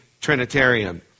trinitarian